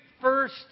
first